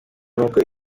nuko